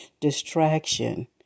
distraction